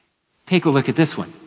take a look at this one.